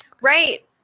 Right